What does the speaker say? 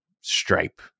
Stripe